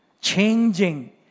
changing